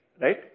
right